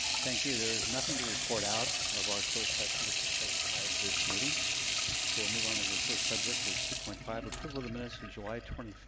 thank you. there is nothing to report out of our closed session that took place prior to this meeting so we'll move onto the first subject two point five approval of the minutes of july twenty five,